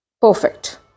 perfect